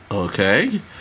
Okay